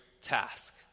task